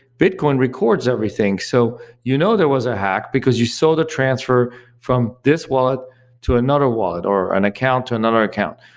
bitcoin records everything. so you know there was a hack, because you saw the transfer from this wallet to another wallet, or an account to another account.